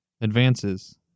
advances